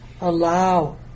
allow